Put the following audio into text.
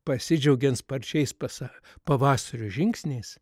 pasidžiaugiant sparčiais pasą pavasario žingsniais